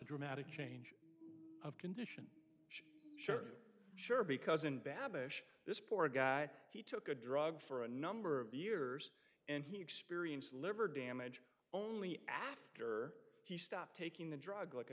dramatic change of condition sure sure because in babbage this poor guy he took a drug for a number of years and he experienced liver damage only after he stopped taking the drug like